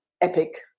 epic